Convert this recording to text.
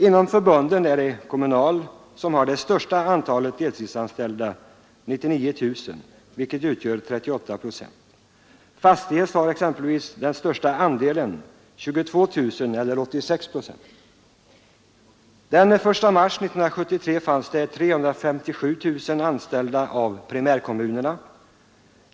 Av förbunden har Kommunal det största antalet deltidsanställda, nämligen 99 000 eller 38 procent. Fastighets har den största procentuella andelen, nämligen 86 procent eller 22 000 anställda. Den 1 mars 1973 var 357 000 personer anställda hos primärkommunerna.